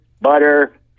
butter